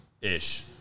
ish